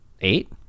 eight